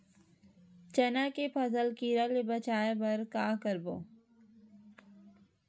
चना के फसल कीरा ले बचाय बर का करबो?